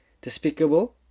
despicable